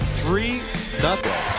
three-nothing